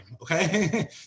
Okay